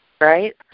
right